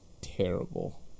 terrible